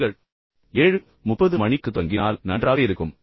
எனவே நீங்கள் 730 மணிக்கு தொடங்கினால் நன்றாக இருக்கும்